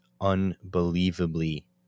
unbelievably